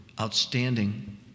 outstanding